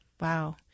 Wow